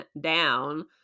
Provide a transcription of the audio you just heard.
down